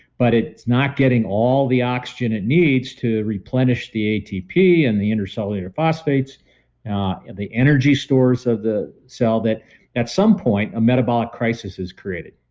but it's not getting all the oxygen it needs to replenish the atp and the intracellular phosphates and the energy stores of the cell that at some point a metabolic crisis is created.